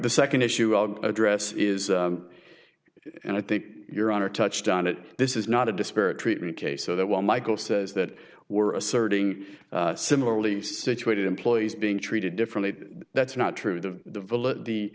the second issue our address is and i think your honor touched on it this is not a disparate treatment case so that when michael says that were asserting similarly situated employees being treated differently that's not true the the